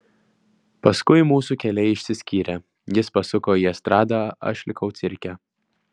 paskui mūsų keliai išsiskyrė jis pasuko į estradą aš likau cirke